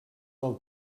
del